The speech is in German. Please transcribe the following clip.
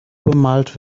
bemalt